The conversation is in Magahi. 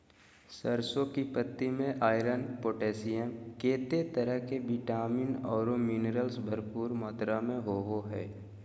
सरसों की पत्ति में आयरन, पोटेशियम, केते तरह के विटामिन औरो मिनरल्स भरपूर मात्रा में होबो हइ